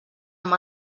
amb